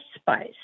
spice